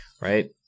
right